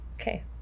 Okay